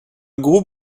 group